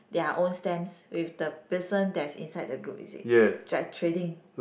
their own stamps with the person that is inside the group just trading